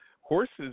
horses